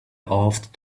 off